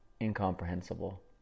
incomprehensible